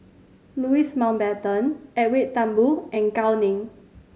Louis Mountbatten Edwin Thumboo and Gao Ning